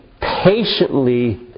patiently